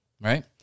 right